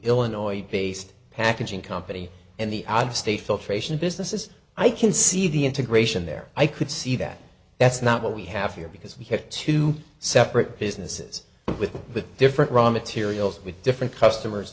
illinois based packaging company and the out of state filtration businesses i can see the integration there i could see that that's not what we have here because we have to separate businesses with the different raw materials with different customers